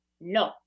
no